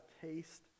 taste